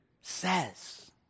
says